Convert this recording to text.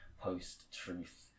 post-truth